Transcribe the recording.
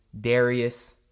Darius